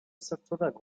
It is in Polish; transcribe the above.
sercowego